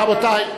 רבותי,